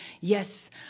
Yes